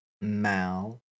Mal